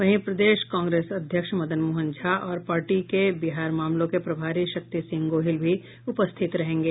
वहीं प्रदेश कांग्रेस अध्यक्ष मदन मोहन झा और पार्टी के बिहार मामलों के प्रभारी शक्ति सिंह गोहिल भी उपस्थित रहेंगे